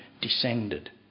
descended